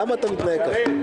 למה אתה מתנהג ככה?